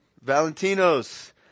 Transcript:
Valentino's